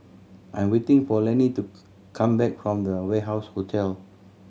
I'm waiting for Lanny to come back from The Warehouse Hotel